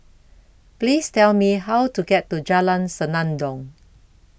Please Tell Me How to get to Jalan Senandong